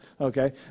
Okay